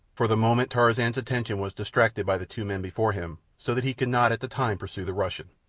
for the moment tarzan's attention was distracted by the two men before him, so that he could not at the time pursue the russian.